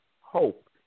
hope